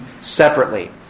separately